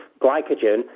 glycogen